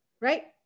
Right